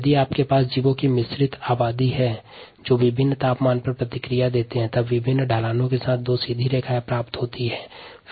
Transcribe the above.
यदि आपके पास जीवों की मिश्रित आबादी है जो विभिन्न तापमान में प्रतिक्रिया देते है तब विभिन्न ढलानों के साथ दो सीधी रेखायें प्राप्त होती है